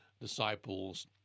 disciples